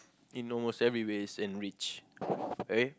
in almost every ways and rich okay